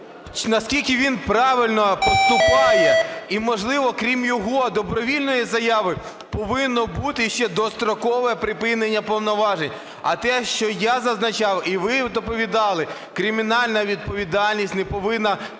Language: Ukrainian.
Наскільки він правильно поступає? І, можливо, крім його добровільної заяви, повинно бути ще дострокове припинення повноважень? А те, що я зазначав і ви доповідали, кримінальна відповідальність не повинна